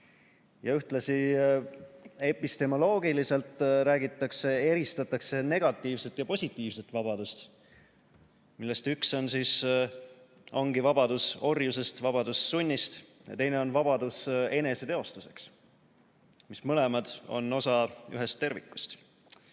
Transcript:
Ühtlasi, epistemoloogiliselt eristatakse negatiivset ja positiivset vabadust, millest üks ongi vabadus orjusest, vabadus sunnist, ja teine on vabadus eneseteostuseks, mis mõlemad on osa ühest tervikust. Riigi